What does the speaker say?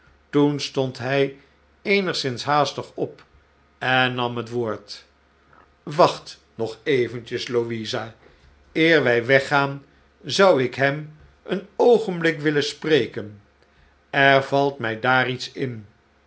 toen stond hij eenigszins haastig op en nam het woord wacht nog eventjes louisa eer wij weggaan zou ik hem een oogenblik willen spreken er valt mij daar iets in